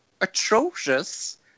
atrocious